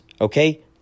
Okay